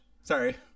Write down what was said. Sorry